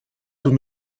tout